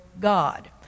God